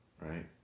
right